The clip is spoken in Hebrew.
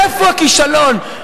מאיפה הכישלון?